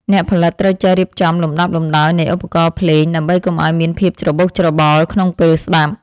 អ្នកផលិតត្រូវចេះរៀបចំលំដាប់លំដោយនៃឧបករណ៍ភ្លេងដើម្បីកុំឱ្យមានភាពច្របូកច្របល់ក្នុងពេលស្ដាប់។